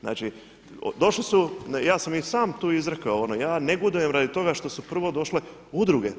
Znači došli su, ja sam i sam tu izrekao, ja negodujem radi toga što su prvo došle udruge.